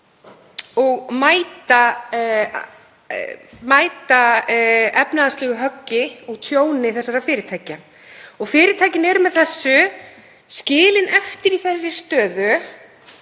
og mæta efnahagslegu höggi og tjóni þessara fyrirtækja. Fyrirtækin eru með þessu skilin eftir í þeirri stöðu